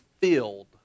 filled